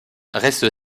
reste